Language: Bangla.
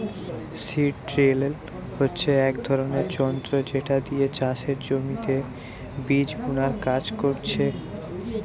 সীড ড্রিল হচ্ছে এক ধরণের যন্ত্র যেটা দিয়ে চাষের জমিতে বীজ বুনার কাজ করছে